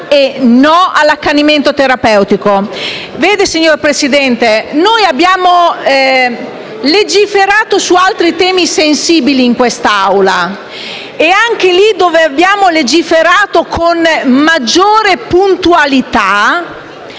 e no all'accanimento terapeutico. Vede, signor Presidente, noi abbiamo legiferato su altri temi sensibili in quest'Aula e, anche lì dove abbiamo legiferato con maggiore puntualità,